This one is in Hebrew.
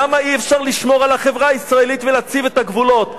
למה אי-אפשר לשמור על החברה הישראלית ולהציב את הגבולות?